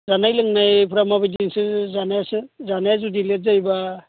जानाय लोंनायफ्रा माबायदि नोंसोर जायासो जानाया जुदि लेट जायोबा